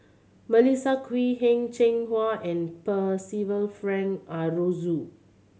Melissa Kwee Heng Cheng Hwa and Percival Frank Aroozoo